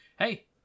hey